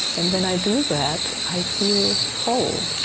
and when i do that i feel whole,